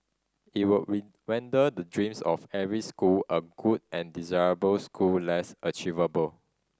it would render the dreams of every school a good and desirable school less achievable